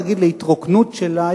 את הצלילים הנוגים של הרועים.